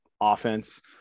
offense